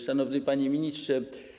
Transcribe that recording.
Szanowny Panie Ministrze!